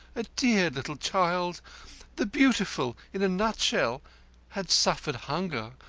a dear little child the beautiful in a nutshell had suffered hunger.